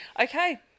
okay